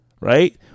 right